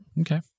Okay